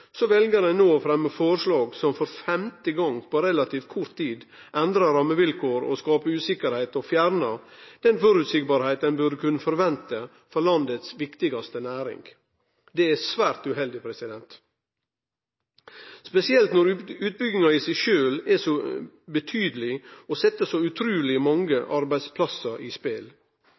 å fremje forslag som for femte gong på relativt kort tid endrar rammevilkåra og skaper usikkerheit og fjernar den føreseielegheita ein burde kunne forvente for landets viktigaste næring. Det er svært uheldig, spesielt når utbygginga i seg sjølv er så betydeleg og set så utruleg mange arbeidsplassar i spel.